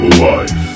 life